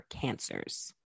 cancers